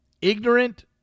ignorant